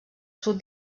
sud